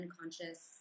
unconscious